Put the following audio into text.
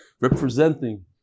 representing